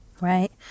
Right